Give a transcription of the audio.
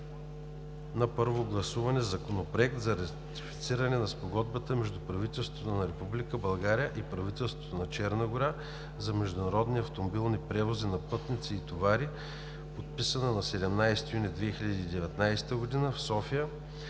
на първо гласуване Законопроект за ратифициране на Спогодбата между правителството на Република България и правителството на Черна гора за международни автомобилни превози на пътници и товари, подписана на 17 юни 2019 г. в София,